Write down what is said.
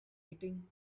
eating